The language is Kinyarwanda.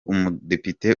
umudepite